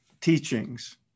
teachings